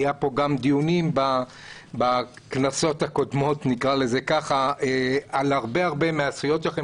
היו פה גם דיונים בכנסות הקודמות על הרבה מהזכויות שלכם.